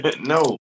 No